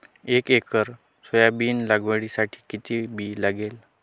एक acre soybean लागवडीसाठी किती बी लागेल?